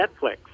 Netflix